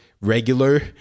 regular